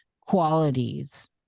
qualities